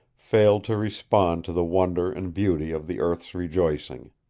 failed to respond to the wonder and beauty of the earth's rejoicing.